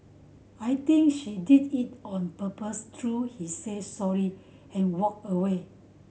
I think she did it on purpose though she said sorry and walked away